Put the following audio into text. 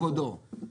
כבודו.